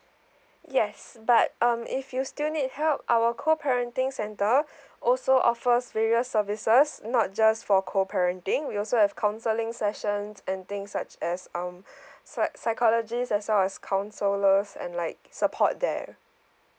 yes but um if you still need help our co parenting center also offers various services not just for co parenting we also have counselling sessions and things such as um psy~ psychologists as well as counsellors and like support there